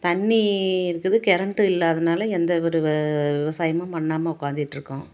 தண்ணி இருக்குது கெரண்ட்டு இல்லாதனால எந்த ஒரு வ விவசாயமும் பண்ணாமல் உட்காந்திட்ருக்கோம்